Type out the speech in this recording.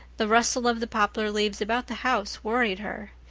the rustle of the poplar leaves about the house worried her,